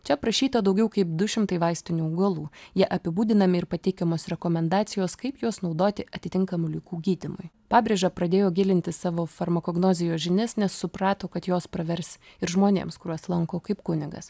čia aprašyta daugiau kaip du šimtai vaistinių augalų jie apibūdinami ir pateikiamos rekomendacijos kaip juos naudoti atitinkamų ligų gydymui pabrėža pradėjo gilinti savo farmakognozijos žinias nes suprato kad jos pravers ir žmonėms kuriuos lanko kaip kunigas